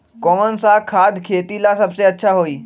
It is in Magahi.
कौन सा खाद खेती ला सबसे अच्छा होई?